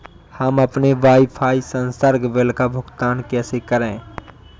हम अपने वाईफाई संसर्ग बिल का भुगतान कैसे करें?